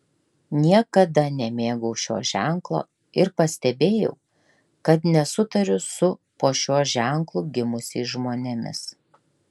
niekada nemėgau šio ženklo ir pastebėjau kad nesutariu su po šiuo ženklu gimusiais žmonėmis